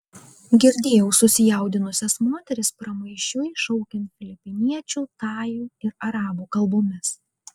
girdėjau susijaudinusias moteris pramaišiui šaukiant filipiniečių tajų ir arabų kalbomis